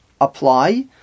apply